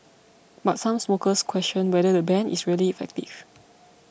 but some smokers question whether the ban is really effective